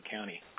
County